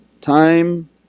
time